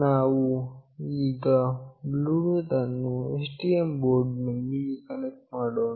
ನಾವು ಈಗ ಈ ಬ್ಲೂಟೂತ್ ಅನ್ನು STM ಬೋರ್ಡ್ ನೊಂದಿಗಿನ ಕನೆಕ್ಷನ್ ಅನ್ನು ನೋಡೋಣ